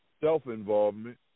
self-involvement